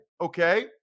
okay